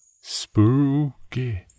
Spooky